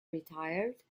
retired